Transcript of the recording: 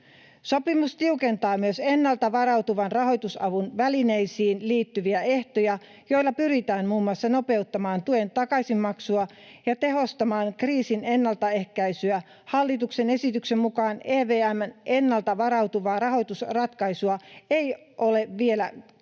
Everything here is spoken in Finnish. Sopimus tiukentaa myös ennalta varatuvan rahoitusavun välineisiin liittyviä ehtoja, joilla pyritään muun muassa nopeuttamaan tuen takaisinmaksua ja tehostamaan kriisin ennaltaehkäisyä. Hallituksen esityksen mukaan EVM:n ennalta varautuvaa rahoitusratkaisua ei ole vielä koskaan